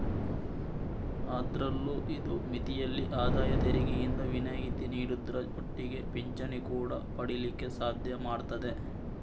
ಅದ್ರಲ್ಲೂ ಇದು ಮಿತಿಯಲ್ಲಿ ಆದಾಯ ತೆರಿಗೆಯಿಂದ ವಿನಾಯಿತಿ ನೀಡುದ್ರ ಒಟ್ಟಿಗೆ ಪಿಂಚಣಿ ಕೂಡಾ ಪಡೀಲಿಕ್ಕೆ ಸಾಧ್ಯ ಮಾಡ್ತದೆ